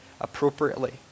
Appropriately